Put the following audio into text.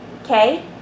Okay